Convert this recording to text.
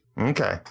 Okay